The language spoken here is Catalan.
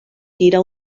tira